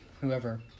whoever